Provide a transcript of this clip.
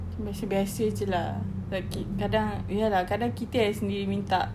itu macam biasa saja lah okay kadang ya lah kadang kita yang sendiri minta